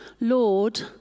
Lord